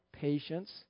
patience